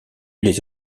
les